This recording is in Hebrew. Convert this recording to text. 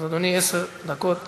אדוני, עשר דקות לרשותו,